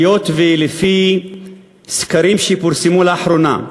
היות שלפי סקרים שפורסמו לאחרונה,